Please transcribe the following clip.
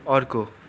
अर्को